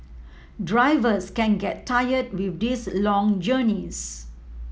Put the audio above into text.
drivers can get tired with these long journeys